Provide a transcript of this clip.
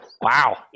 Wow